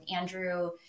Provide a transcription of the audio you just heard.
Andrew